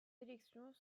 élections